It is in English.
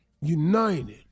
United